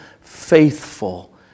faithful